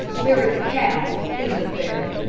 there is a cow, isn't there?